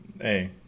hey